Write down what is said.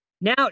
Now